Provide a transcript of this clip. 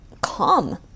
calm